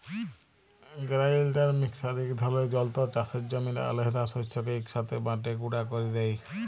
grinder mixer ইক ধরলের যল্তর চাষের জমির আলহেদা শস্যকে ইকসাথে বাঁটে গুঁড়া ক্যরে দেই